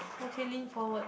okay lean forward